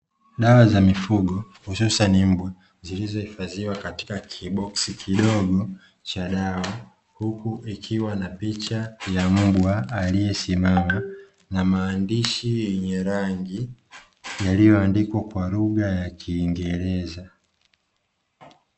Dawa za mifugo hususani mbwa zilizohifadhiwa kwenye cha dawa huku, ikiwa na picha ya mbwa aliyesimama na maandishi yenye rangi yaliyoandikwa kwa lugha ya kiingereza.